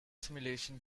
simulation